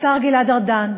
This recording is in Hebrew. השר גלעד ארדן,